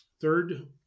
third